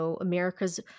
America's